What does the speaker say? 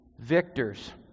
victors